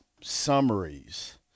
summaries